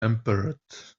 temperate